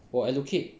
我 allocate